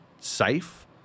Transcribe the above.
safe